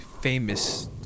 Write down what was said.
famous